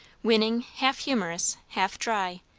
winning, half humourous, half dry,